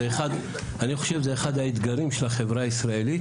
אני חושב שזהו אחד האתגרים של החברה הישראלית,